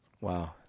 Wow